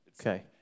Okay